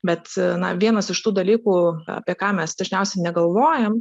bet na vienas iš tų dalykų apie ką mes dažniausiai negalvojam